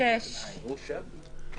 הצבעה הרוויזיה לא אושרה.